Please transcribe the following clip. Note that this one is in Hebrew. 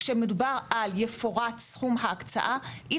כשמדובר על "יפורט סכום ההקצאה" אי